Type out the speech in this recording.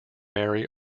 mary